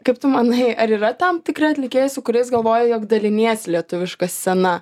kaip tu manai ar yra tam tikri atlikėjai su kuriais galvoji jog daliniesi lietuviška scena